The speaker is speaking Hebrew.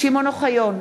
שמעון אוחיון,